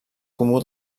comú